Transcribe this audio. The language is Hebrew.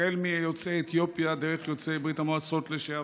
החל מיוצאי אתיופיה דרך יוצאי ברית המועצות לשעבר,